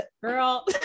Girl